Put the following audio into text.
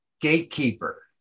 gatekeeper